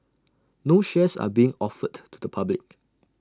no shares are being offered to the public